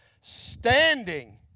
standing